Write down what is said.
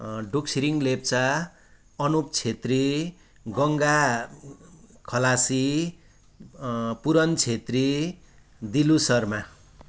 Dukchiring Lepcha Anup Chhetri Ganga Khalasi Puran Chhetri Dilu Sharma